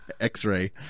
X-ray